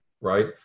right